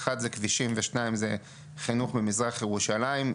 אחד זה כבישים ושניים זה חינוך במזרח ירושלים.